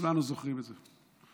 כולנו זוכרים את זה.